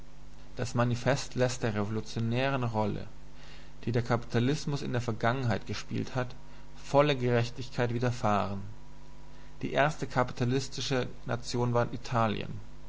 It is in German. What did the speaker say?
das manifest läßt der revolutionären rolle die der kapitalismus in der vergangenheit gespielt hat volle gerechtigkeit widerfahren die erste kapitalistische nation war italien